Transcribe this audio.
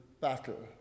battle